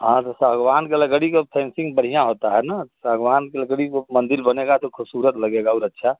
हाँ तो सागवान का लकड़ी का फैनसिंग बढ़ियाँ होता है ना सागवान के लकड़ी को मंदिर बनेगा तो खूबसूरत लगेगा और अच्छा